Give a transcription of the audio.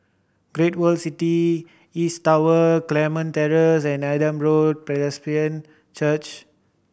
Great World City East Tower Carmen Terrace and Adam Road Presbyterian Church